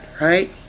right